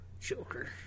Joker